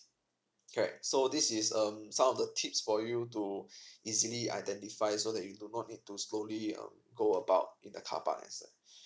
correct so this is um some of the tips for you to easily identify so that you do not need to slowly um go about in the carpark as a